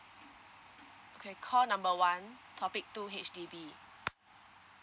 K call number one topic two H_D_B